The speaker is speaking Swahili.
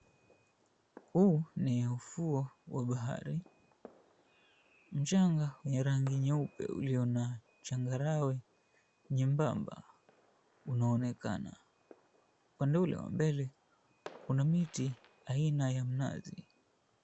Huu ni ufuo wa bahari. Mchanga wenye rangi nyeupe ulio na changarawe nyembamba unaonekana. Pande ule wa mbele kuna miti aina ya mnazi.